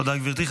תודה, גברתי.